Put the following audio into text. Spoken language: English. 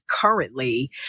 currently